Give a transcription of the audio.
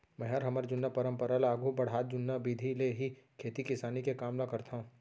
मैंहर हमर जुन्ना परंपरा ल आघू बढ़ात जुन्ना बिधि ले ही खेती किसानी के काम ल करथंव